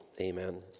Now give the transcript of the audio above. amen